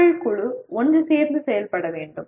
மக்கள் குழு ஒன்று சேர்ந்து செயல்பட வேண்டும்